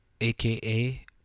AKA